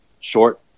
short